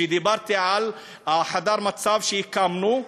כשדיברתי על חדר המצב שהקמנו,